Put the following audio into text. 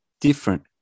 Different